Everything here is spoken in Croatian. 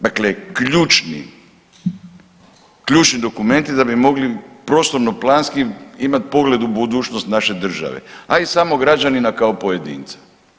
Dakle ključni dokumenti da bi mogli prostornoplanski imati pogled u budućnost naše države, a i samog građanina kao pojedinca.